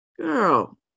Girl